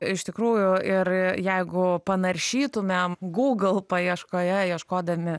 iš tikrųjų ir jeigu panaršytumėm gūgl paieškoje ieškodami